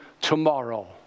tomorrow